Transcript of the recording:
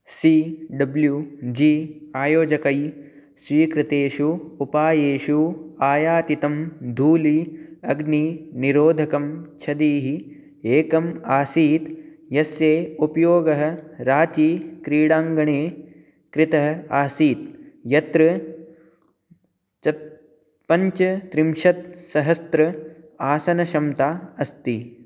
C W G आयोजकैः स्वीकृतेषु उपायेषु आयातितं धूलिः अग्निनिरोधकं छदिः एकम् आसीत् यस्य उपयोगः राचि क्रीडाङ्गणे कृतः आसीत् यत्र चत् पञ्चत्रिंशत्सहस्रम् आसनक्षमता अस्ति